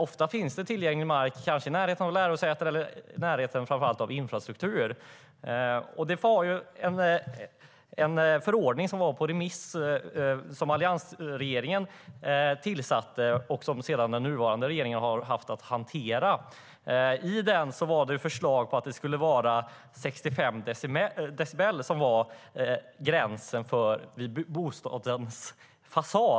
Ofta finns det tillgänglig mark, kanske i närheten av lärosätena men framför allt i närheten av infrastruktur. Det fanns en förordning på remiss som alliansregeringen tillsatte utredningen av och som den nuvarande regeringen har haft att hantera. I utredningen fanns det förslag på att 65 decibel skulle vara gränsen vid bostadens fasad.